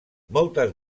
moltes